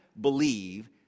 believe